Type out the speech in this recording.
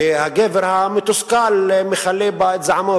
והגבר המתוסכל מכלה בה את זעמו.